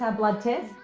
ah blood test.